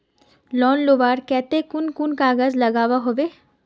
Loan लुबार केते कुन कुन कागज लागोहो होबे?